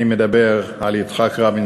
אני מדבר על יצחק רבין,